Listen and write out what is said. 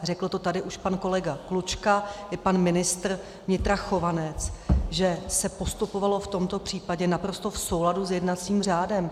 Řekl to tady už pan kolega Klučka i pan ministr vnitra Chovanec, že se postupovalo v tomto případě naprosto v souladu s jednacím řádem.